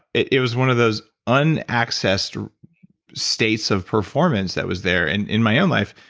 it was one of those unaccessed states of performance that was there. and in my own life,